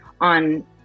on